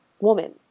woman